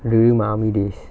during my army days